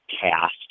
cast